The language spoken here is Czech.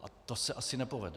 A to se asi nepovede.